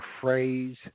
phrase